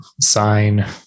sign